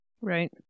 Right